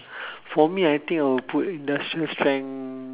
for me I think I'll put industrial strength